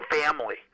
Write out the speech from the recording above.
family